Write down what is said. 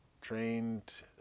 trained